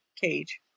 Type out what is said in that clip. cage